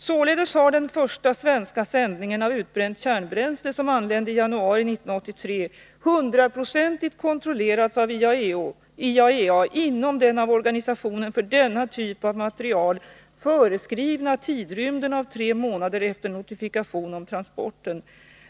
Således har den första svenska sändningen av utbränt kärnbränsle som anlände i januari 1983 100-procentigt kontrollerats av IAEA inom den av organisationen för denna typ av material föreskrivna tidrymden av tre månader efter notifikation om transporten.